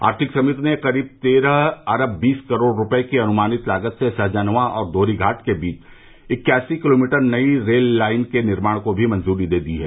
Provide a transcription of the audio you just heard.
आर्थिक समिति ने करीब तेरह अरब बीस करोड़ रुपये की अनुमानित लागत से सहजनवां और दोहरी घाट के बीच इक्यासी किलोमीटर लंबी नई रेल लाइन के निर्माण को भी मंजूरी दे दी है